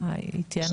היא איתנו בזום.